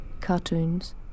cartoons